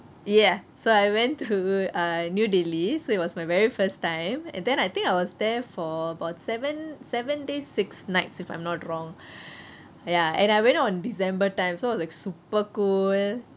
ya so I went to err new delhi so it was my very first time and then I think I was there for about seven seven days six nights if I'm not wrong ya and I went on december time so it's like super cold